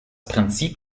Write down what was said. prinzip